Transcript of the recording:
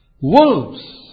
Wolves